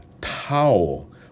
towel